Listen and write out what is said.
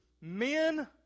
men